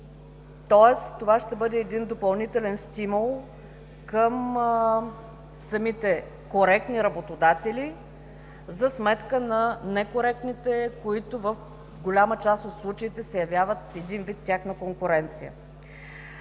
Тоест това ще бъде един допълнителен стимул към самите коректни работодатели за сметка на некоректните, които в голяма част от случаите се явяват един вид тяхна конкуренция.